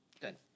good